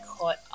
caught